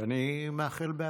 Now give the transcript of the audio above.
ואני מאחל בהצלחה.